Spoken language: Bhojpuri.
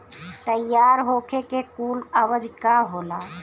तैयार होखे के कूल अवधि का होला?